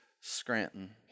Scranton